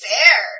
Fair